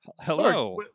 Hello